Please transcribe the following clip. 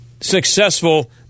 successful